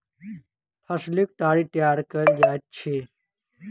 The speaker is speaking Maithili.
फसीलक ताड़ी तैयार कएल जाइत अछि